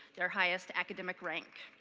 their highest academic rank.